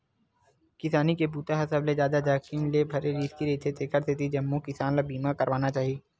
किसानी के बूता ह सबले जादा जाखिम ले भरे रिस्की रईथे तेखर सेती जम्मो किसान ल बीमा करवाना चाही